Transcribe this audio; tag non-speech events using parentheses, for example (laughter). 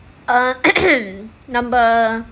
err (coughs) number